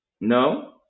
no